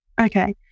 Okay